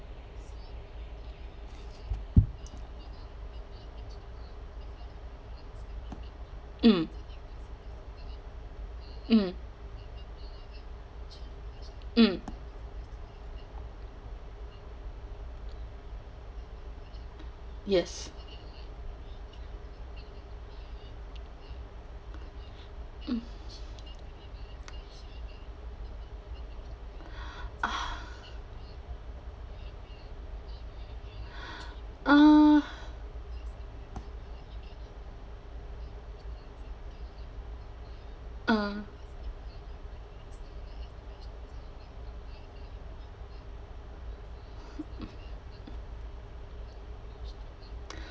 mm mm mm yes mm uh mm